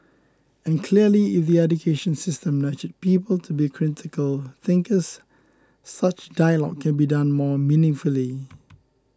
and clearly if the education system nurtured people to be critical thinkers such dialogue can be done more meaningfully